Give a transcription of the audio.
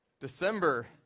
December